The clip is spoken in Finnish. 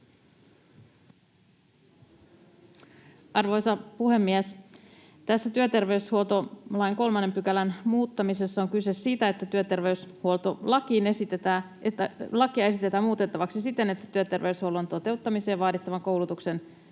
Arvoisa puhemies! Tässä työterveyshuoltolain 3 §:n muuttamisessa on kyse siitä, että työterveyshuoltolakia esitetään muutettavaksi siten, että työterveyshuollon toteuttamiseen vaadittavan koulutuksen